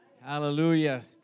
Hallelujah